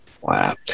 Wow